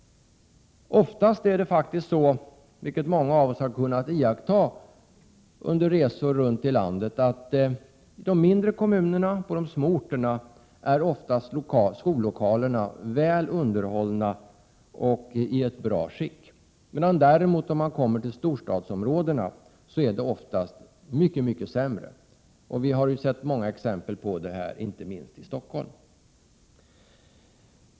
Oftast är det faktiskt så, vilket många av oss har kunnat iaktta under resor i landet, att skollokalerna i de mindre kommunerna och på de små orterna är väl underhållna och i ett bra skick. I storstadsområdena är det oftast mycket sämre ställt. Vi har sett många exempel på detta inte minst i Stockholm.